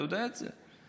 אתה יודע את זה?